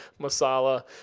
masala